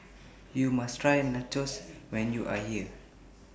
YOU must Try Nachos when YOU Are here